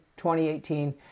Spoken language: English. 2018